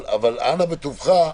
אבל אנא בטובך,